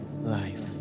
life